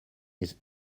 his